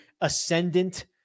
Ascendant